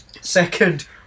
second